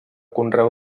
conreu